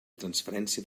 transferència